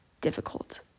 difficult